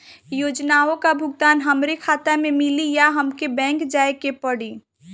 योजनाओ का भुगतान हमरे खाता में मिली या हमके बैंक जाये के पड़ी?